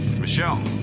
Michelle